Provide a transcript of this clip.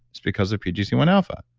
it's because of pgc one alpha.